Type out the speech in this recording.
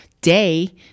day